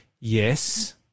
Yes